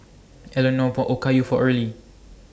Elenore bought Okayu For Earley